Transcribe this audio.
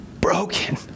broken